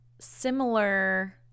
similar